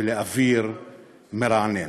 ולאוויר מרענן.